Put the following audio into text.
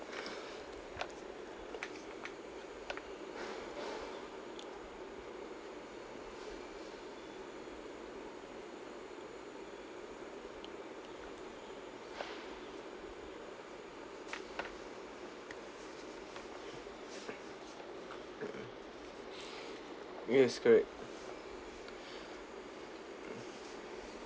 mmhmm yes correct mm